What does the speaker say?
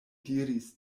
diris